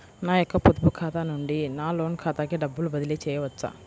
నా యొక్క పొదుపు ఖాతా నుండి నా లోన్ ఖాతాకి డబ్బులు బదిలీ చేయవచ్చా?